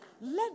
Let